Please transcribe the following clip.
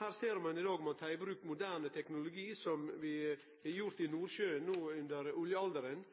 Her ser ein i dag at ein tek i bruk moderne teknologi, som vi har gjort i Nordsjøen no under oljealderen.